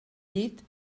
llit